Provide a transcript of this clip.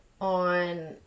on